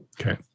Okay